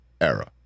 era